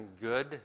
good